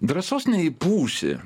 drąsos neįpūsi